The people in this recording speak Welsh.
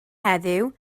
heddiw